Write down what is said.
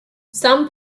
some